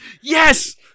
Yes